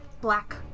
black